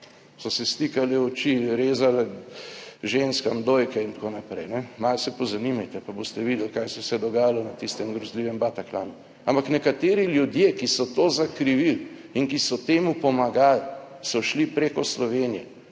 So se slikali, oči, rezali ženskam dojke in tako naprej. Malo se pozanimajte, pa boste videli, kaj vse se je dogajalo na tistem grozljivem Bataclanu. Ampak nekateri ljudje, ki so to zakrivili in ki so temu pomagali so šli preko Slovenije